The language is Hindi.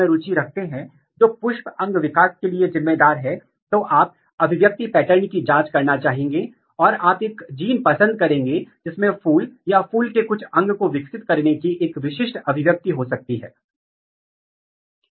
एक निश्चित समय तक पौधा वनस्पति विकास की प्रक्रिया से गुजरता है फिर यह पारगमन का फैसला करता है लेकिन उचित प्रजनन या सफल प्रजनन सुनिश्चित करने के लिए वनस्पति चरण से प्रजनन चरण में परिवर्तन एक बहुत ही महत्वपूर्ण प्रक्रिया है